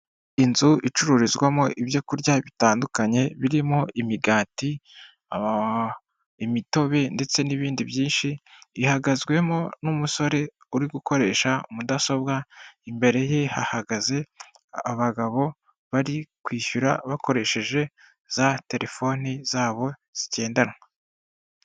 Inzu icururizwamo ibyo kurya bitandukanye birimo imigati, imitobe ndetse n'ibindi byinshi ihagazwemo n'umusore uri gukoresha mudasobwa, imbere ye hahagaze abagabo bari kwishyura bakoresheje za telefone zabo zigendanwa.